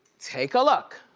take a look.